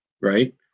right